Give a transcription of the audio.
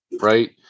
right